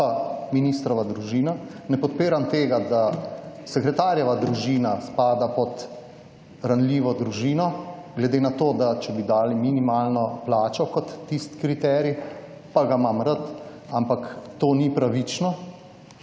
pa ministrova družina. Ne podpiram tega, da sekretarjeva družina spada pod ranljivo družino, glede na to, če bi dali minimalno plačo kot tisti kriterij, pa ga imam rad, ampak to ni pravično.